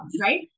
right